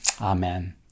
Amen